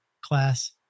class